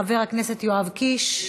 חבר הכנסת יואב קיש,